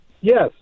Yes